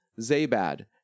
Zabad